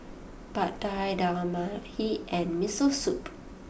Pad Thai Dal Makhani and Miso Soup